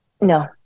No